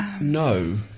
no